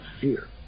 fear